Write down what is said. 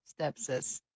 stepsis